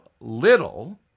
little